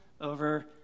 over